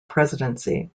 presidency